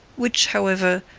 which, however,